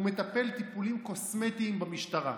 הוא מטפל טיפולים קוסמטיים במשטרה.